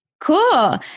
Cool